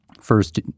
first